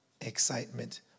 Excitement